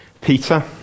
Peter